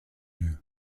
you